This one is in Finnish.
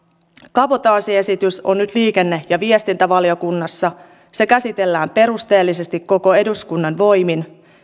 kabotaasiesitys on nyt liikenne ja viestintävaliokunnassa se käsitellään perusteellisesti koko eduskunnan voimin